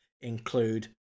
include